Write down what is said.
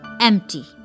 empty